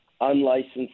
unlicensed